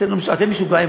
אתם משוגעים.